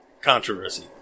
controversy